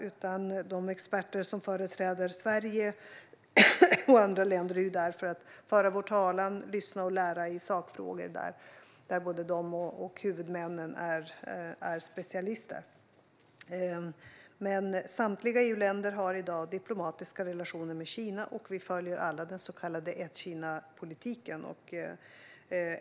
De experter som företräder Sverige och andra länder är där för att föra vår talan och för att lyssna och lära i sakfrågor där både de och huvudmännen är specialister. Samtliga EU-länder har i dag diplomatiska relationer med Kina, och vi följer alla den så kallade ett-Kina-politiken.